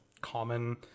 common